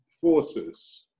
forces